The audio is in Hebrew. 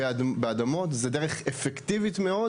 באדמות הוא דרך אפקטיבית מאוד